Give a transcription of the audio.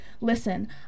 listen